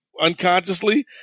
unconsciously